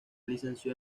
licenció